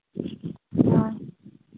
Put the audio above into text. ᱦᱮᱸ